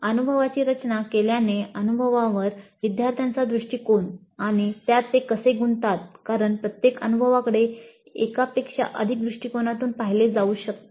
अनुभवाची रचना केल्याने अनुभवावर विद्यार्थ्यांचा दृष्टीकोन आणि त्यात ते कसे गुंततात कारण प्रत्येक अनुभवाकडे एकापेक्षा अधिक दृष्टिकोनातून पाहिले जाऊ शकते